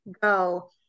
go